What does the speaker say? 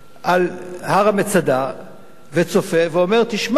על הר המצדה וצופה ואומר: תשמע,